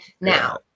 now